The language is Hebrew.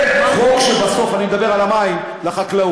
זה חוק, בסוף אני מדבר על המים לחקלאות.